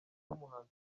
n’umuhanzi